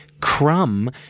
Crumb